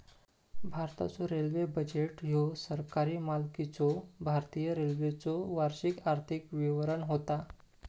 भारताचो railway budget ह्यो सरकारी मालकीच्यो भारतीय रेल्वेचो वार्षिक आर्थिक विवरण होता